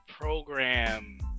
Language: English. program